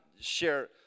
share